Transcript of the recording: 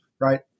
right